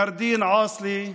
נרדין עאסלה.